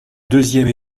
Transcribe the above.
deuxième